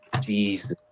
Jesus